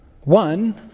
One